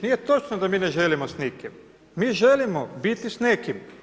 Nije točno da mi ne želimo s nikim, mi želimo biti s nekim.